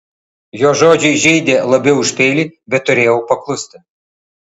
jo žodžiai žeidė labiau už peilį bet turėjau paklusti